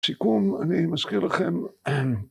סיכום, אני מזכיר לכם